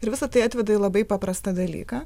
ir visa tai atveda į labai paprastą dalyką